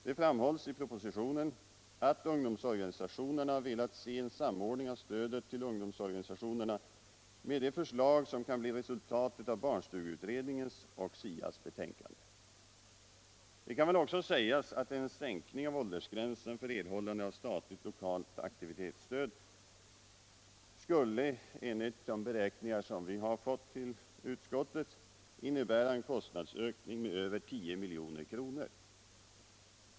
Det framhålls i propositionen att ungdomsorganisationerna velat se en samordning av stödet till ungdomsorganisationerna med de förslag som kan bli resultatet av barnstugeutredningens och SIA:s betänkanden. Det kan väl också sägas att en sänkning av åldersgränsen för erhållande av statligt lokalt aktivitetsstöd, enligt de beräkningar som har tillställts utskottet, skulle innebära en kostnadsökning med över 10 milj.kr.